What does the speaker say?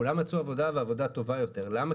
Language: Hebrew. כולם מצאו עבודה ועבודה טובה יותר, למה?